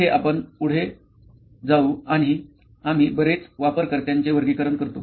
येथे आपण पुढे जाऊ आणि आम्ही बरेच वापरकर्त्यांचे वर्गीकरण करतो